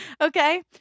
Okay